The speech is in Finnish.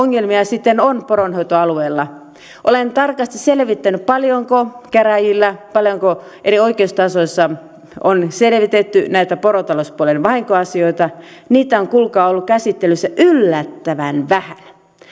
ongelmia sitten on poronhoitoalueella olen tarkasti selvittänyt paljonko käräjillä paljonko eri oikeustasoissa on selvitetty näitä porotalouspuolen vahinkoasioita niitä on kuulkaa ollut käsittelyssä yllättävän vähän